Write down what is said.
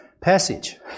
passage